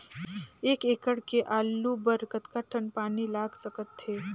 एक एकड़ के आलू बर कतका टन पानी लाग सकथे?